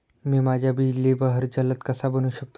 मी माझ्या बिजली बहर जलद कसा बनवू शकतो?